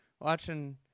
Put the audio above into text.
watching